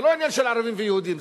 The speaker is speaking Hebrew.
זה לא עניין של ערבים ויהודים,